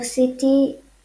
Diversity